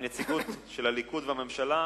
עם נציגות הליכוד והממשלה,